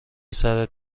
سرت